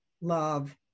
love